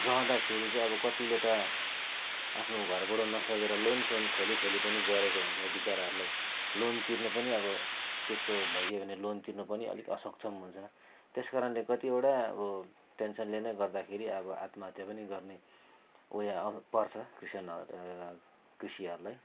रहँदाखेरि चाहिँ अब कतिले त आफ्नो घरबाट नसकेर लोन सोन खोली खोली पनि गरेको हुन्छ विचराहरूलाई लोन तिर्नु पनि अब त्यस्तो भइदियो भने लोन तिर्नु पनि अलि असक्षम हुन्छ त्यस कारणले कतिवटा अब टेन्सनले नै गर्दाखेरि अब आत्महत्या पनि गर्ने कोही आपत् पर्छ किसानहरू कृषिहरूलाई